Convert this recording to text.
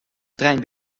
trein